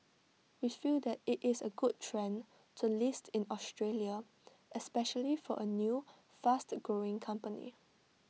we feel that IT is A good trend to list in Australia especially for A new fast growing company